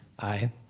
aye.